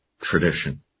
tradition